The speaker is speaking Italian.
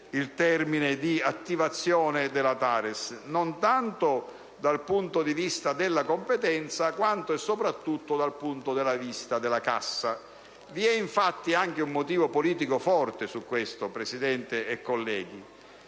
il termine di attivazione della TARES, non tanto dal punto di vista della competenza, quanto e soprattutto dal punto di vista della cassa. Vi è infatti anche un motivo politico forte su questo, Presidente e colleghi: